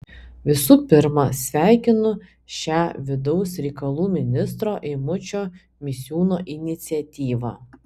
visų pirma sveikinu šią vidaus reikalų ministro eimučio misiūno iniciatyvą